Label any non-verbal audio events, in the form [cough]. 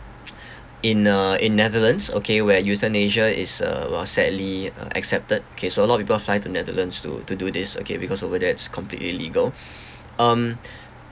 in uh in netherlands okay where euthanasia is uh well sadly uh accepted kay so a lot of people fly to netherlands to to do this okay because over there it's completely legal [breath] um